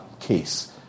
case